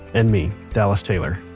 and me, dallas taylor,